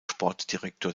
sportdirektor